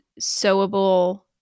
sewable